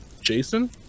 Jason